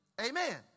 Amen